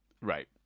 Right